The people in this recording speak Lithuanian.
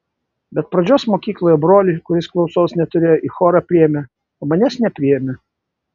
bet pradžios mokykloje brolį kuris klausos neturėjo į chorą priėmė o manęs nepriėmė